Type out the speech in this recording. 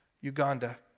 Uganda